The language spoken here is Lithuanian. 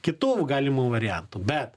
kitų galimų variantų bet